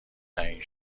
تعیین